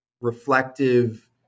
reflective